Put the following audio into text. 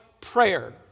Prayer